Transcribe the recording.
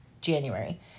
January